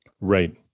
Right